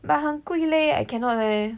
but 很贵 leh I cannot leh